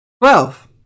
Twelve